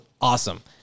awesome